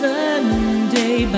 Sunday